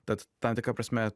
tad tam tikra prasme